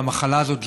מהמחלה הזאת,